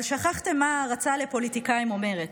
אבל שכחתם מה ההערצה לפוליטיקאים אומרת,